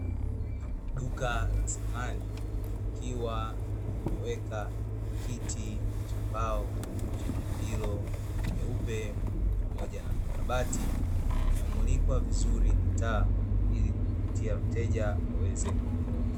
Duka la samani, likiwa limeweka kiti cha mbao chenye pilo nyeupe pamoja na makabati yanayomulikwa vizuri na taa ili kumvutia mteja aweze kununua.